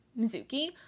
Mizuki